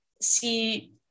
see